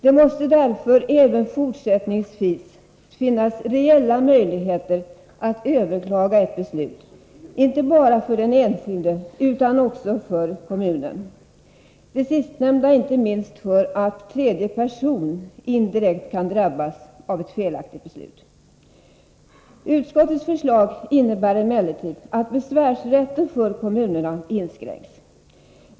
Det måste därför även fortsättningsvis finnas reella möjligheter att överklaga ett beslut, inte bara för den enskilde utan också för kommunen — det sistnämnda inte minst därför att tredje person indirekt kan drabbas av ett felaktigt beslut. Utskottets förslag innebär emellertid att besvärsrätten för kommunerna inskränks.